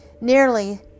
nearly